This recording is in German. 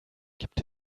gibt